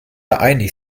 einig